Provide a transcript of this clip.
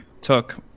took